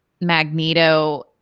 Magneto